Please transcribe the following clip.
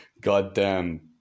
Goddamn